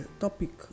Topic